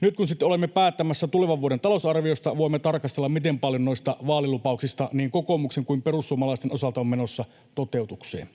Nyt kun sitten olemme päättämässä tulevan vuoden talousarviosta, voimme tarkastella, miten paljon noista vaalilupauksista niin kokoomuksen kuin perussuomalaisten osalta on menossa toteutukseen.